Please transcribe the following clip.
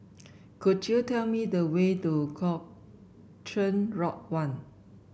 could you tell me the way to Cochrane Lodge One